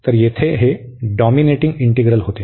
तर येथे हे डॉमिनेटिंग इंटीग्रल होते